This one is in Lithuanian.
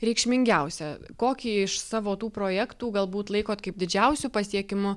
reikšmingiausia kokį iš savo tų projektų galbūt laikot kaip didžiausiu pasiekimu